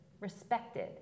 respected